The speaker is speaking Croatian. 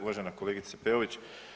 Uvažena kolegice Peović.